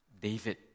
David